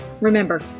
Remember